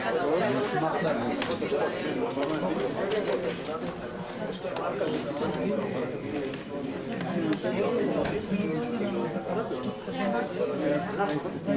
11:30.